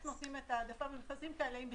נותנים את ההעדפה במכרזים כאלה אם בכלל,